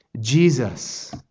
Jesus